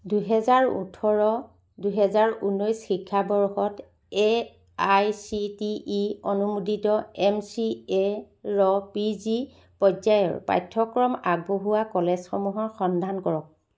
দুহেজাৰ ওঠৰ দুহেজাৰ ঊনৈছ শিক্ষাবৰ্ষত এআইচিটিই অনুমোদিত এম চি এ ৰ পি জি পৰ্য্য়ায়ৰ পাঠ্যক্ৰম আগবঢ়োৱা কলেজসমূহৰ সন্ধান কৰক